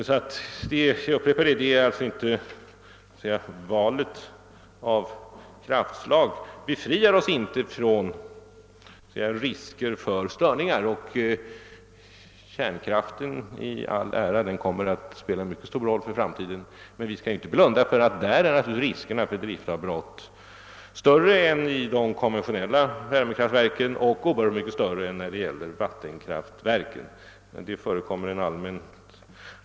Jag upprepar därför att valet av kraftslag inte befriar oss från risker för störningar. Kärnkraften kommer att spela en mycket stor roll i framtiden, men vi skall inte blunda för att riskerna för driftavbrott är större än vid de konventionella värmekraftverken och oerhört mycket större än då det gäller vattenkraftverken.